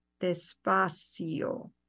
despacio